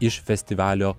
iš festivalio